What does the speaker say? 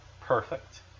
perfect